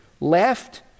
left